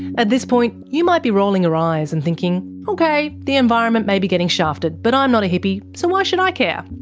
at this point, you might be rolling your eyes and thinking, okay, the environment may be getting shafted, but i'm not a hippie so why should i care?